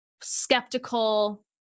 skeptical